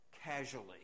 casually